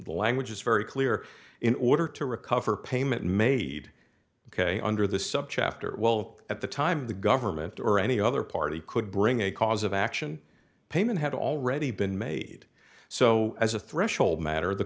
language is very clear in order to recover payment made ok under the subchapter well at the time the government or any other party could bring a cause of action payment had already been made so as a threshold matter the